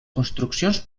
construccions